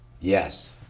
Yes